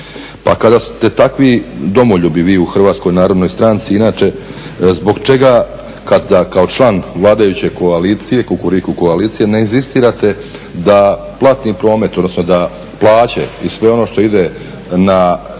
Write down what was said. Pa kada ste takvi domoljubi vi u HNS-u inače zbog čega kada kao član vladajuće koalicije, Kukuriku koalicije, ne inzistirate da platni promet, odnosno da plaće i sve ono što ide preko